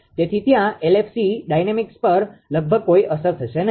તેથી ત્યાં LFC dynamics પર લગભગ કોઈ અસર થશે નહીં